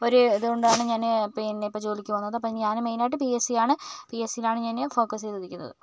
ഒരു ഇതുകൊണ്ടാണ് ഞാന് പിന്നെ ഇപ്പോൾ ജോലിക്ക് പോകുന്നത് ഞാന് മെയിനായിട്ട് പി എസ് സി യാണ് പി എസ് സി യിലാണ് ഞാന് ഫോക്കസ് ചെയ്തിരിക്കുന്നത്